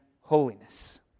holiness